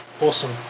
Awesome